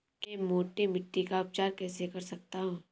मैं मोटी मिट्टी का उपचार कैसे कर सकता हूँ?